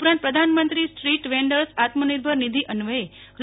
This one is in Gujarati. ઉપરાંત પ્રધાનમંત્રી સ્ટ્રીટ વેન્ડર્સ આત્મનિર્ભર નિધિ અન્વચે રૂ